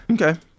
Okay